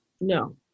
No